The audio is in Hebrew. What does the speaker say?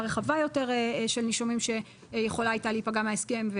רחבה יותר של נישומים שיכולה הייתה להיפגע מההסכם,